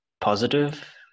positive